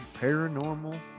Paranormal